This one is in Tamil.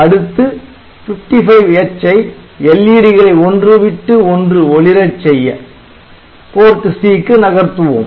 அடுத்து 55H ஐ LED களை ஒன்று விட்டு ஒன்று ஒளிரச் செய்ய PORT C க்கு நகர்த்துவோம்